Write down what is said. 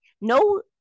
No